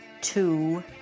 two